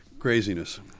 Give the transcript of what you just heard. craziness